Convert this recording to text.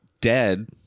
dead